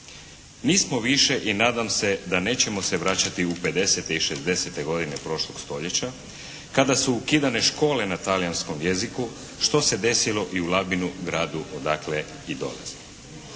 Nismo više i nadam se da nećemo se vraćati u pedesete i šezdesete godine prošlog stoljeća kada su ukidane škole na talijanskom jeziku što se desilo i u Labinu, gradu odakle i dolazim.